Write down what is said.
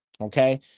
okay